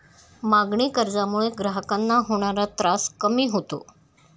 मागणी कर्जामुळे ग्राहकांना होणारा त्रास कमी होतो